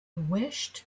wished